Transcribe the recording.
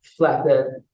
flatbed